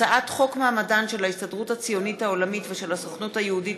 הצעת חוק מעמדן של ההסתדרות הציונית העולמית ושל הסוכנות היהודית